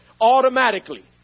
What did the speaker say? automatically